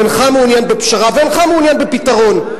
אינך מעוניין בפשרה ואינך מעוניין בפתרון.